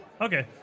Okay